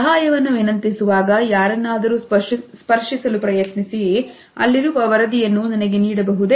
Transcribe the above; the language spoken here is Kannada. ಸಹಾಯವನ್ನು ವಿನಂತಿಸುವಾಗ ಯಾರನ್ನಾದರೂ ಸ್ಪರ್ಶಿಸಲು ಪ್ರಯತ್ನಿಸಿ ಅಲ್ಲಿರುವ ವರದಿಯನ್ನು ನನಗೆ ನೀಡಬಹುದೇ